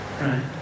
Right